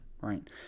Right